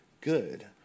good